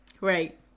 right